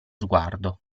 sguardo